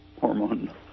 hormone